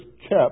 kept